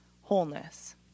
Wholeness